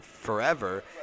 forever